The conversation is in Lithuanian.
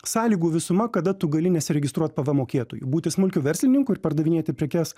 sąlygų visuma kada tu gali nesiregistruot pvm mokėtoju būti smulkiu verslininku ir pardavinėti prekes